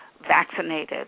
vaccinated